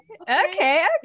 okay